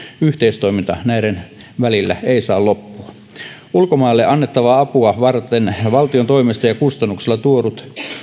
yhteistoiminta näiden välillä ei saa loppua ulkomaille annettavaa apua varten valtion toimesta ja kustannuksilla luodut